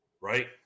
right